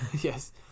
Yes